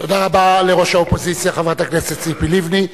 תודה רבה לראש האופוזיציה, חברת הכנסת ציפי לבני.